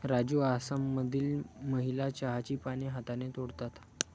राजू आसाममधील महिला चहाची पाने हाताने तोडतात